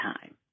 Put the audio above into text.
time